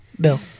Bill